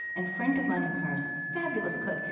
and friend of mine in paris, a fabulous cook,